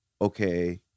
Okay